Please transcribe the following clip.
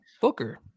Booker